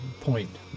point